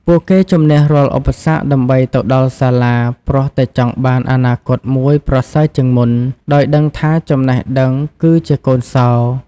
ពួកគេជម្នះរាល់ឧបសគ្គដើម្បីទៅដល់សាលា ព្រោះតែចង់បានអនាគតមួយប្រសើរជាងមុន ដោយដឹងថាចំណេះដឹងគឺជាកូនសោរ។